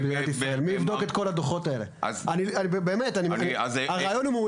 כשאני הייתי במשרד האוצר סגן שר האוצר,